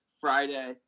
Friday